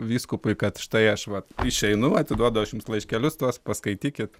vyskupui kad štai aš vat išeinu atiduodu aš jums laiškelius tuos paskaitykit